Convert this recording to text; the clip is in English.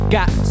got